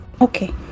okay